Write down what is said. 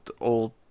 old